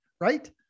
right